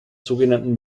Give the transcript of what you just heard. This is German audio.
sogenannten